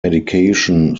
medication